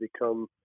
become